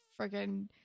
freaking